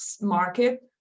market